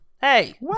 hey